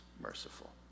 merciful